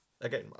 Again